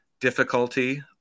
difficulty